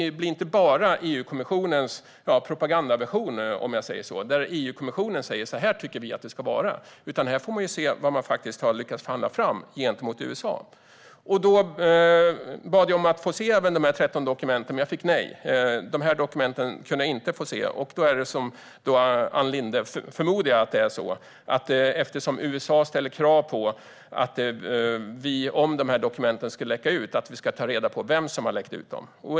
Det blir inte bara EU-kommissionens propagandaversioner, om jag säger så, där EU-kommissionen säger: Så här tycker vi att det ska vara. Här får man se vad EU har lyckats förhandla fram gentemot USA. Jag bad att få se även dessa 13 dokument, men jag fick nej. De dokumenten kunde jag inte få se. Jag förmodar att det är för, som Ann Linde sa, att USA ställer krav på att om dokumenten skulle läcka ut ska vi ta reda på vem som har läckt ut dem.